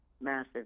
Massive